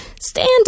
stand